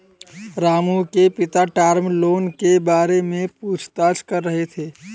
रामू के पिता term loan के बारे में पूछताछ कर रहे थे